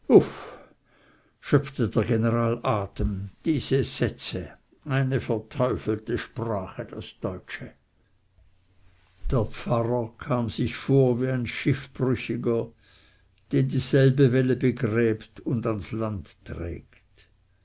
schöpfte der general atem diese sätze eine verteufelte sprache das deutsche der pfarrer kam sich vor wie ein schiffbrüchiger den dieselbe welle begräbt und ans land trägt